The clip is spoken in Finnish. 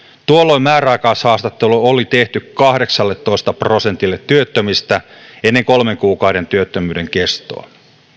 tuolloin määräaikaishaastattelu oli tehty kahdeksalletoista prosentille työttömistä ennen kolmen kuukauden työttömyyden kestoa